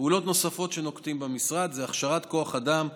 פעולות נוספות שנוקטים במשרד הן הכשרת כוח אדם,